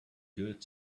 good